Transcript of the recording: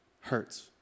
hurts